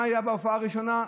מה היה בהופעה הראשונה?